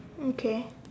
okay